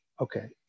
okay